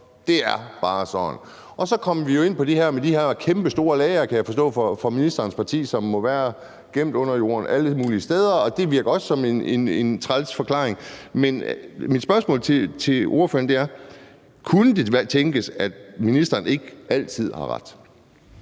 det er bare sådan. Og så kom vi ind på det her med de kæmpestore lagre, kan jeg forstå på ministerens parti, der må være gemt under jorden alle mulige steder, og det virker også som en træls forklaring. Mit spørgsmål til ordføreren er: Kunne det tænkes, at ministeren ikke altid har ret?